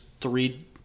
three